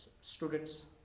students